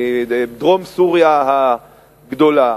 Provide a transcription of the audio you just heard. אני מדרום-סוריה הגדולה.